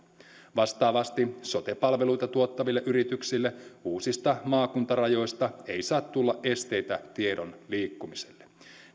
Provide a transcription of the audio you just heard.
vastaavasti sote palveluita tuottaville yrityksille uusista maakuntarajoista ei saa tulla esteitä tiedon liikkumiselle